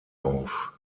auf